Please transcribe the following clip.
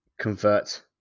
convert